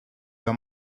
were